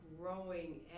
growing